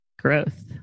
Growth